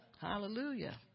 Hallelujah